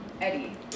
Eddie